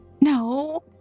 No